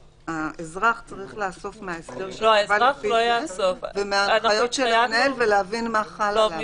והאזרח צריך לאסוף מההסדר שנקבע ומההנחיות ולהבין מה חל עליו.